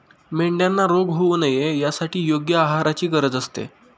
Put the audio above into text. मेंढ्यांना रोग होऊ नये यासाठी योग्य आहाराची गरज असते